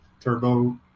turbo